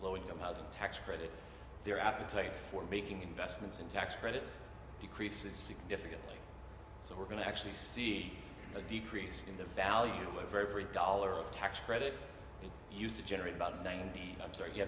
low income housing tax credit their appetite for making investments in tax credits decreases significantly so we're going to actually see a decrease in the value of a very very dollar of tax credit we used to generate about ninety i'm sorry